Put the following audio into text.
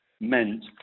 meant